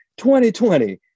2020